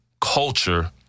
culture